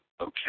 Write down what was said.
okay